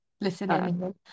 Listen